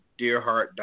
Dearheart